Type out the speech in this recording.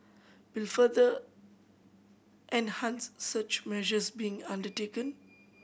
will further enhance such measures being undertaken